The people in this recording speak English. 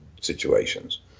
situations